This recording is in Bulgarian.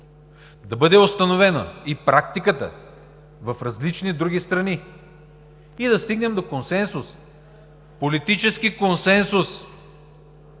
да бъде установена и практиката в различни други страни и да стигнем до консенсус, политически консенсус,